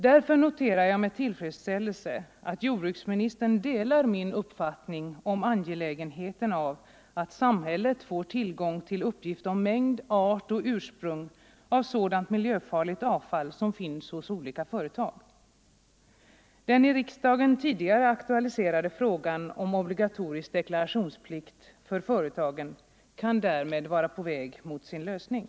Därför noterar jag med tillfredsställelse att jordbruksministern delar min uppfattning om angelägenheten av att samhället får tillgång till uppgifter om mängd, art och ursprung av sådant miljöfarligt avfall som finns hos olika företag. Den i riksdagen tidigare aktualiserade frågan om deklarationsplikt för företagen kan därmed vara på väg mot sin lösning.